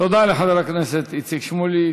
תודה לחבר הכנסת איציק שמולי.